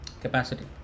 capacity